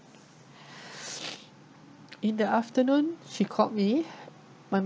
in the afternoon she called me my mom